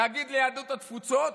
להגיד ליהדות התפוצות: